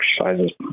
exercises